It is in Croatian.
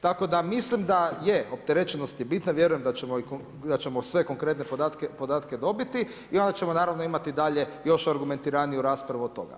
Tako da mislim da je, opterećenost je bitna, vjerujem da ćemo sve konkretne podatke dobiti i onda ćemo naravno imati dalje još argumentiraniju raspravu o tome.